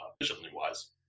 efficiently-wise